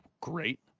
great